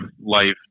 life